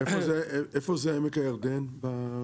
איפה זה עמק הירדן ב-